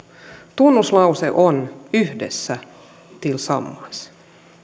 tunnuslause on yhdessä tillsammans